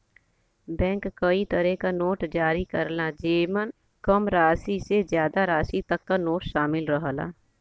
bank कई तरे क नोट जारी करला जेमन कम राशि से जादा राशि तक क नोट शामिल रहला